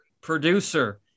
producer